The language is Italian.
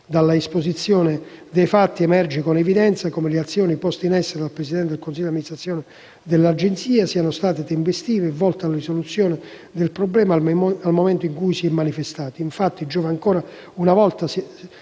Dall'esposizione dei fatti, emerge con evidenza come le azioni poste in essere dal presidente del consiglio di amministrazione dell'Agenzia, siano state tempestive e volte alla risoluzione del problema nel momento in cui lo stesso si è manifestato.